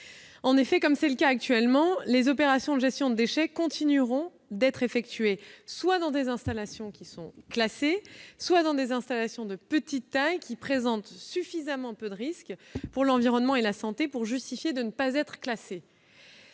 à la gestion des déchets. Les opérations de gestion des déchets continueront d'être effectuées soit dans des installations classées, soit dans des installations de petite taille qui présentent suffisamment peu de risques pour l'environnement et la santé pour justifier de ne pas être classées.